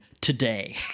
today